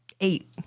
eight